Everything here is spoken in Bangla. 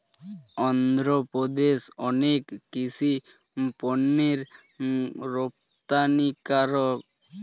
অন্ধ্রপ্রদেশ অনেক কৃষি পণ্যের রপ্তানিকারক